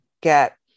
get